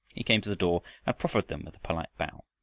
he came to the door and proffered them with a polite bow.